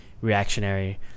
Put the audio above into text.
reactionary